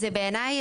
בעיני,